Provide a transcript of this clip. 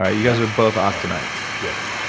ah you guys are both austinites? yes.